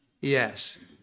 yes